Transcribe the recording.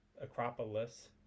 Acropolis